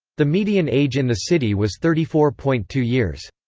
the median age in the city was thirty four point two years.